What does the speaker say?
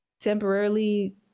temporarily